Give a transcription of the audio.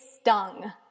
stung